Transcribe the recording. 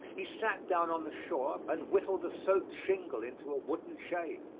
he sat down on the shore and whittled a soaked shingle into a wooden chain.